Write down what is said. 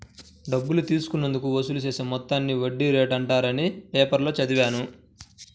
డబ్బు తీసుకున్నందుకు వసూలు చేసే మొత్తాన్ని వడ్డీ రేటు అంటారని పేపర్లో చదివాను